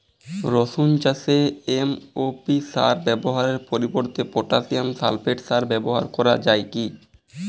রসুন চাষে এম.ও.পি সার ব্যবহারের পরিবর্তে পটাসিয়াম সালফেট সার ব্যাবহার করা যায় কি?